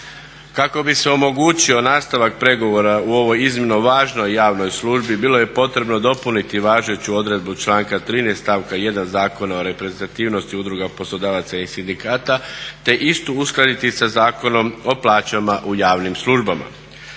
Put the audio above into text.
Kako bi se omogućio nastavak pregovora u ovoj iznimno važnoj javnoj službi, bilo je potrebno dopuniti važeću odredbu članka 13. stavka 1. Zakona o reprezentativnosti udruga poslodavaca i sindikata te istu uskladiti sa Zakonom o plaćama u javnim službama.